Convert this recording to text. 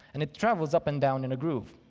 and it travels up and down in a groove.